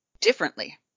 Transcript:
differently